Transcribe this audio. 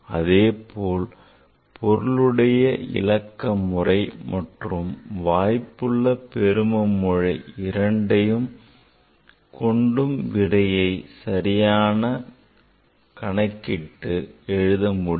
அதேபோல் பொருளுடையவிலக்க முறை மற்றும் வாய்ப்புள்ள பெரும பிழை முறை இரண்டையும் கொண்டும் சரியான விடையை கணக்கிட்டு எழுத முடியும்